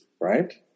right